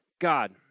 God